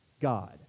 God